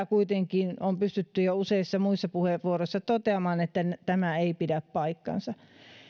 kuitenkin on pystytty jo useissa muissa puheenvuoroissa toteamaan että tämä ei pidä paikkaansa